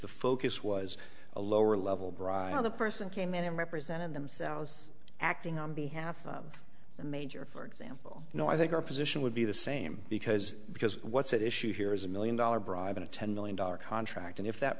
the focus was a lower level brian the person came in and represented themselves acting on behalf of the major for example no i think our position would be the same because because what's at issue here is a million dollar bribe in a ten million dollar contract and if that